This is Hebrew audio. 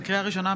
לקריאה ראשונה,